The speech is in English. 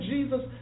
Jesus